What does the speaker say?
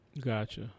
Gotcha